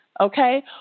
Okay